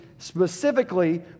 Specifically